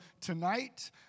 tonight